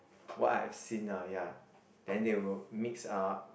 what I've seen ah ya then they will mix uh